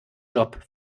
job